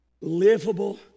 livable